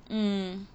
mm